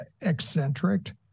eccentric